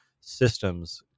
systems